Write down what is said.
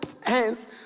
hands